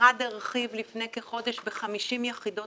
המשרד הרחיב לפני כחודש ב-50 יחידות